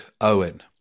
Owen